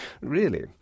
Really